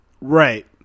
Right